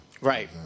Right